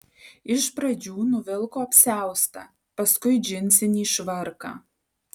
iš pradžių nuvilko apsiaustą paskui džinsinį švarką